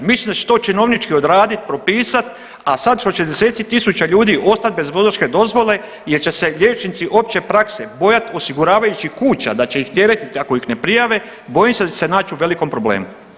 Mislim da će to činovnički odraditi, propisati a sad što će desetci tisuća ljudi ostati bez vozačke dozvole jer će se liječnici opće prakse bojat osiguravajućih kuća da će ih teretiti ako ih ne prijave bojim se da će se nać u velikom problemu.